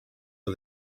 for